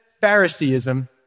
Phariseeism